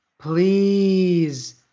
please